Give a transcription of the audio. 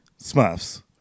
Smurfs